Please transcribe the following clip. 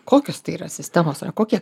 kokios tai yra sistemos yra kokie